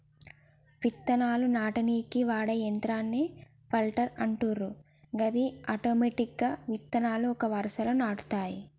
విత్తనాలు నాటనీకి వాడే యంత్రాన్నే ప్లాంటర్ అంటుండ్రు గది ఆటోమెటిక్గా విత్తనాలు ఒక వరుసలో నాటుతాయి